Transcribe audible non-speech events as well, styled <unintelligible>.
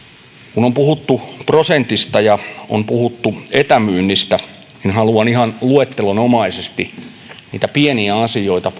kun on puhuttu prosentista ja on puhuttu etämyynnistä niin haluan ihan luettelonomaisesti puheenvuoroni loppuun sanoa niitä pieniä asioita <unintelligible>